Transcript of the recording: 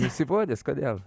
nesibodęs kodėl